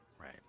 Right